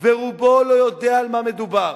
ורובו לא יודע על מה מדובר.